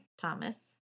Thomas